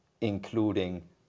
including